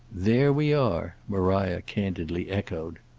there we are! maria candidly echoed.